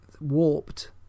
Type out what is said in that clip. warped